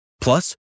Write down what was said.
Plus